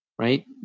Right